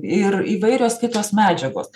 ir įvairios kitos medžiagos